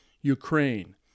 Ukraine